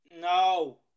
no